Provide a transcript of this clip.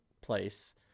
place